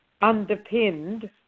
Underpinned